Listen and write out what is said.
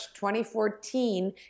2014